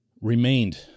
remained